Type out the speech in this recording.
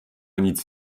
nic